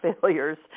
failures